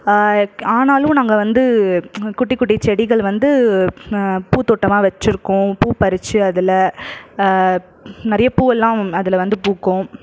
ஆனாலும் நாங்கள் வந்து குட்டி குட்டி செடிகள் வந்து பூத்தோட்டமா வச்சிருக்கோம் பூ பறிச்சி அதில் நிறைய பூவெல்லாம் அதில் வந்து பூக்கும்